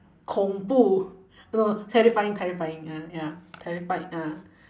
恐怖：kong bu no terrifying terrifying ah ya terrified ah